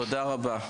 תודה רבה.